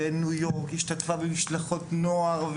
בניו יורק; היא השתתפה במשלחות נוער,